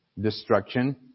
destruction